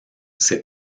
ses